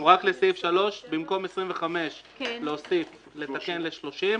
הוא רק לסעיף (3) במקום 25 לתקן ל-30.